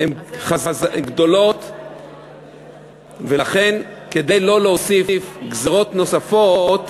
הן גדולות, ולכן, כדי לא להוסיף גזירות נוספות,